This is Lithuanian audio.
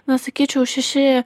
na sakyčiau šeši